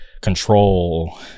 Control